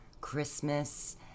christmas